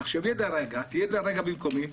תהיי רגע פה במקומי,